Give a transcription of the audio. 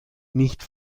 nicht